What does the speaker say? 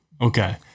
Okay